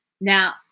Now